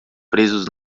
presos